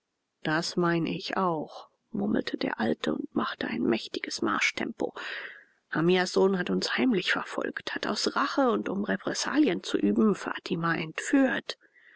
das mein ich auch murmelte der alte und machte ein mächtiges marschtempo hamias sohn hat uns heimlich verfolgt hat aus rache und um repressalien zu üben fatima entführt